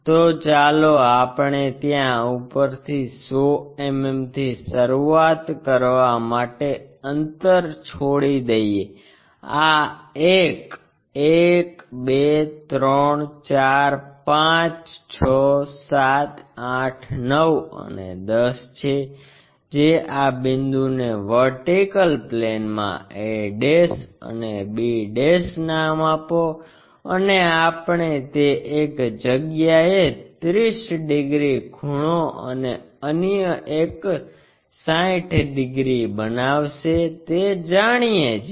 તો ચાલો આપણે ત્યાં ઉપરથી 100 mm થી શરૂઆત કરવા માટે અંતર છોડી દઈએ આ એક 1 2 3 4 5 6 7 8 9 અને 10 છે જે આ બિંદુને વર્ટિકલ પ્લેનમાં a અને b નામ આપો અને આપણે તે એક જગ્યાએ 30 ડિગ્રી ખૂણો અને અન્ય એક 60 ડિગ્રી બનાવશે તે જાણીએ છીએ